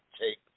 take